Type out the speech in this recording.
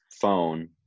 phone